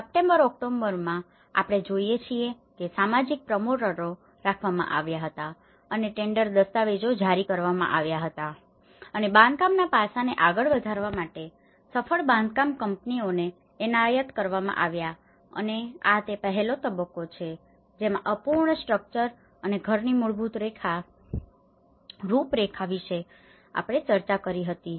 અને સપ્ટેમ્બર ઓક્ટોબરમાં આપણે જોઈએ છીએ કે સામાજિક પ્રમોટરો રાખવામાં આવ્યા હતા અને ટેન્ડર દસ્તાવેજો જારી કરવામાં આવ્યા હતા અને બાંધકામના પાસાને આગળ વધારવા માટે સફળ બાંધકામ કંપનીઓને એનાયત કરવામાં આવ્યા હતા અને આ તે પહેલો તબક્કો છે જેમાં અપૂર્ણ સ્ટ્રક્ચર અને ઘરની મૂળભૂત રૂપરેખા વિશે આપણે ચર્ચા કરી હતી